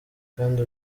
kandi